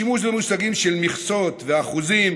השימוש במושגים של מכסות ואחוזים,